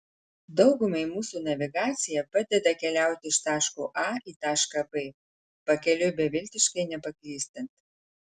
daugumai mūsų navigacija padeda keliauti iš taško a į tašką b pakeliui beviltiškai nepaklystant